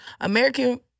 American